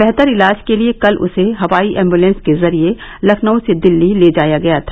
बेहतर इलाज के लिए कल उसे हवाई एम्ब्लेंस के जरिए लखनऊ से दिल्ली ले जाया गया था